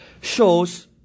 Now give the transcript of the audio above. shows